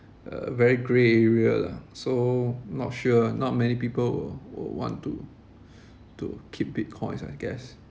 a very grey area lah so not sure not many people will will want to to keep bitcoins I guess